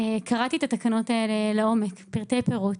קראתי את התקנות האלה לעומק, לפרטי פרטים.